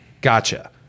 Gotcha